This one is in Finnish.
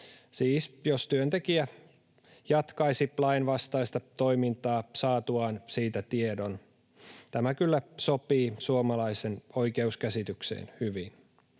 jos työntekijä jatkaisi lainvastaista toimintaa saatuaan siitä tiedon. Tämä kyllä sopii suomalaiseen oikeuskäsitykseen hyvin.